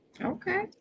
Okay